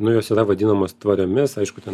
nu jos yra vadinamos tvariomis aišku ten